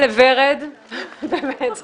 בן-גוריון היה